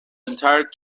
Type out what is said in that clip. entire